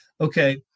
okay